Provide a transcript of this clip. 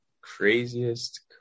Craziest